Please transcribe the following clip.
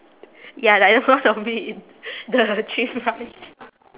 ya like the front of it the tree branch